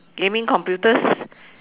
gaming computers